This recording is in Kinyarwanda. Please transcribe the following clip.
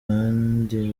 abandi